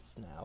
now